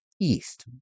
east